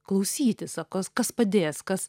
klausytis o kas kas padės kas